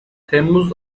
temmuz